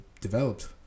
developed